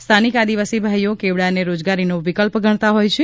સ્થાનિક આદિવાસી ભાઈઓ કેવડાને રોજગારીનો વિકલ્પ ગણતા હોય છે